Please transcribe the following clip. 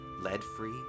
lead-free